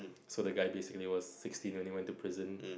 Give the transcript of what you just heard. so the guy basically was sixteen and he went to prison